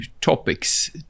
topics